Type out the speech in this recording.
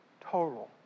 total